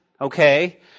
okay